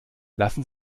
lassen